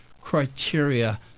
criteria